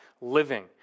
living